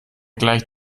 gleicht